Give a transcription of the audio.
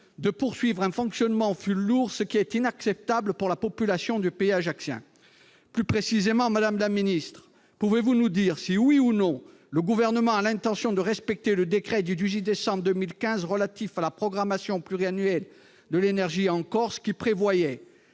de poursuivre un fonctionnement au fioul lourd, ce qui est inacceptable pour la population du pays ajaccien. Plus précisément, pouvez-vous nous dire, madame la ministre, si oui ou non le Gouvernement a l'intention de respecter le décret du 18 décembre 2015 relatif à la programmation pluriannuelle de l'énergie en Corse, qui prévoyait